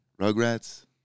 Rugrats